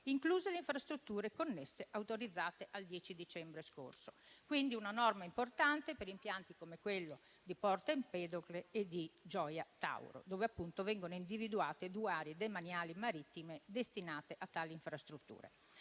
incluse le infrastrutture connesse autorizzate al 10 dicembre scorso. Si tratta quindi di una norma importante per impianti come quello di Porto Empedocle e Gioia Tauro, dove vengono individuate due aree demaniali marittime destinate a tali infrastrutture.